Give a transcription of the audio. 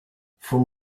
from